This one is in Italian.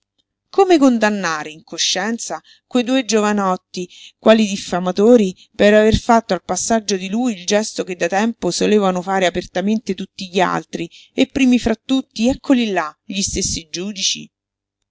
come condannare in coscienza quei due giovanotti quali diffamatori per aver fatto al passaggio di lui il gesto che da tempo solevano fare apertamente tutti gli altri e primi fra tutti eccoli là gli stessi giudici